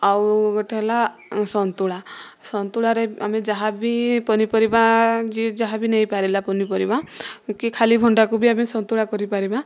ଆଉ ଗୋଟିଏ ହେଲା ସନ୍ତୁଳା ସନ୍ତୁଳାରେ ଆମେ ଯାହାବି ପନିପରିବା ଯିଏ ଯାହାବି ନେଇପାରିଲା ପନିପରିବା କି ଖାଲି ଭଣ୍ଡାକୁ ବି ଆମେ ସନ୍ତୁଳା କରିପାରିବା